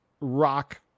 rock